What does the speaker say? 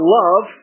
love